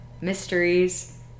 mysteries